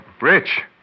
rich